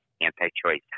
anti-choice